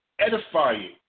edifying